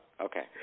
Okay